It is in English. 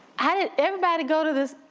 how did everybody go to this,